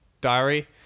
diary